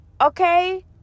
Okay